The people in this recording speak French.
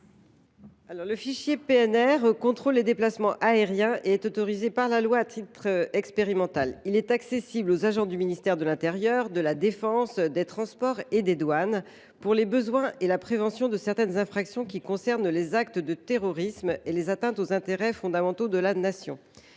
pour objet de contrôler les déplacements aériens, est autorisé par la loi à titre expérimental. Il est accessible aux agents des ministères de l’intérieur, de la défense et des transports ainsi qu’à ceux des douanes, pour les besoins liés à la prévention de certaines infractions qui concernent les actes de terrorisme et les atteintes aux intérêts fondamentaux de la Nation.